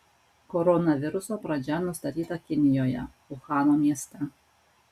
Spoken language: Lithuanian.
koronaviruso pradžia nustatyta kinijoje uhano mieste